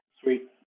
Sweet